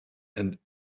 and